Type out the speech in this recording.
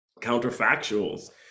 counterfactuals